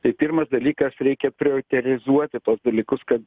tai pirmas dalykas reikia prioterizuoti tuos dalykus kad